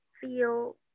feel